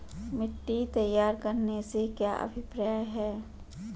मिट्टी तैयार करने से क्या अभिप्राय है?